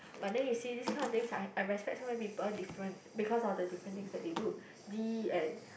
but then you see this kind of things I I respect so many people different because of the different things that they do D and